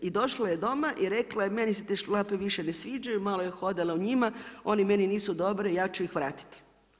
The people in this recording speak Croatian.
I došla je doma i rekla, meni se te šlape više ne sviđaju, malo je hodala u njima, one meni nisu dobre i ja ću ih vratiti.